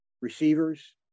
receivers